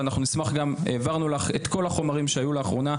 ואנחנו גם העברנו לך את כל החומרים שהיו לאחרונה.